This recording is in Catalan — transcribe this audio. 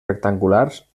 rectangulars